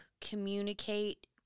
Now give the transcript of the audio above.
communicate